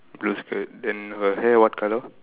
blue skirt then her hair what colour